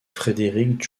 frédéric